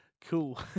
cool